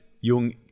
Young